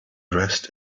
dressed